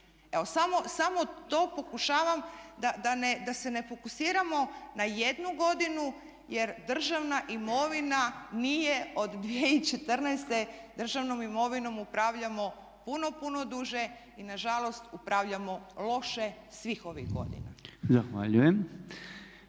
samo to pokušavam da se ne fokusiramo na jednu godinu, jer državna imovina nije od 2014. Državnom imovinom upravljamo puno, puno duže i na žalost upravljamo loše svih ovih godina. **Podolnjak,